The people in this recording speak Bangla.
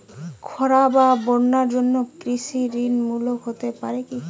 খরা বা বন্যার জন্য কৃষিঋণ মূকুপ হতে পারে কি?